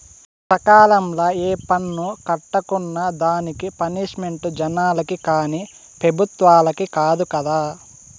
సకాలంల ఏ పన్ను కట్టుకున్నా దానికి పనిష్మెంటు జనాలకి కానీ పెబుత్వలకి కాదు కదా